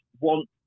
want